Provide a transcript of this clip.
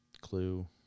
Clue